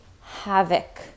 havoc